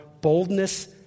boldness